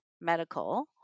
medical